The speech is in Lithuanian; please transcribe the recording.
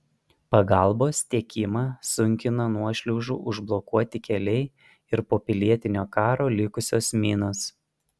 pagalbos tiekimą sunkina nuošliaužų užblokuoti keliai ir po pilietinio karo likusios minos